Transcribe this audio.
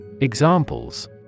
Examples